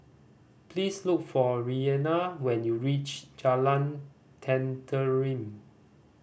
please look for Raina when you reach Jalan Tenteram